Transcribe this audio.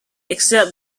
except